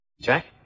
Jack